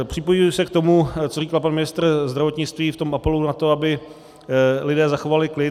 Připojuji se k tomu, co říkal pan ministr zdravotnictví v tom apelu na to, aby lidé zachovali klid.